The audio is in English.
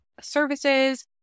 services